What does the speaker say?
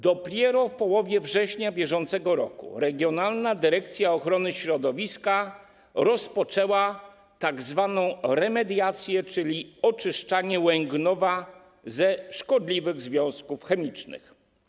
Dopiero w połowie września br. regionalna dyrekcja ochrony środowiska rozpoczęła tzw. remediację, czyli oczyszczanie Łęgnowa ze szkodliwych związków chemicznych.